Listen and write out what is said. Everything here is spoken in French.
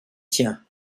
siens